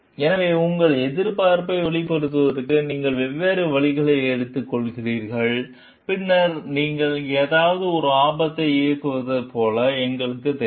எனவே உங்கள் எதிர்ப்பை வெளிப்படுத்துவதற்கு நீங்கள் வெவ்வேறு வழிகளை எடுக்கிறீர்கள் பின்னர் நீங்கள் ஏதாவது ஒரு ஆபத்தை இயக்குவதைப் போல எங்களுக்குத் தெரியும்